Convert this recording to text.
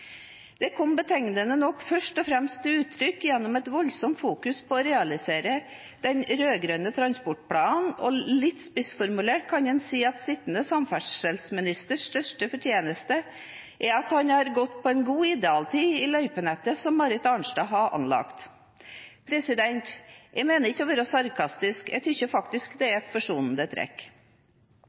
kom betegnende nok først og fremst til uttrykk gjennom et voldsomt fokus på å realisere den rød-grønne transportplanen, og litt spissformulert kan man si at sittende samferdselsministers største fortjeneste er at han har gått på en god idealtid i løypenettet som Marit Arnstad har anlagt. Jeg mener ikke å være sarkastisk – jeg synes faktisk det er et forsonende trekk.